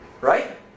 right